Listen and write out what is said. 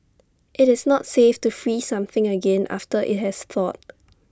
IT is not safe to freeze something again after IT has thawed